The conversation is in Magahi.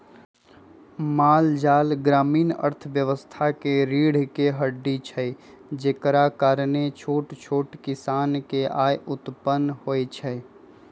माल जाल ग्रामीण अर्थव्यवस्था के रीरह के हड्डी हई जेकरा कारणे छोट छोट किसान के आय उत्पन होइ छइ